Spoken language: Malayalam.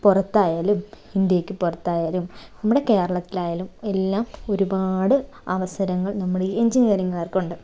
പുറത്തായാലും ഇന്ത്യയ്ക്ക് പുറത്തായാലും നമ്മുടെ കേരളത്തിലായാലും എല്ലാം ഒരുപാട് അവസരങ്ങൾ നമ്മുടെ ഈ എൻജിനീയറിങ്ങ്കാർക്കുണ്ട്